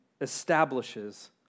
establishes